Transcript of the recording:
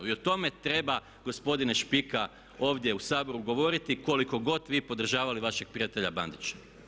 I o tome treba gospodine Špika ovdje u Saboru govoriti koliko god vi podržavali vašeg prijatelja Bandića.